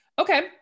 Okay